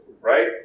Right